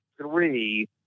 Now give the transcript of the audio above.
three